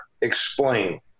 explain